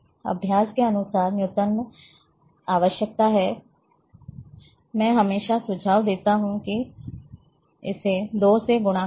अब यह अभ्यास के अनुसार न्यूनतम आवश्यकता है मैं हमेशा सुझाव देता हूं कि इसे 2 से गुणा करें